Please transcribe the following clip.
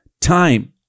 time